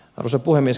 arvoisa puhemies